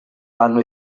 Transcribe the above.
danno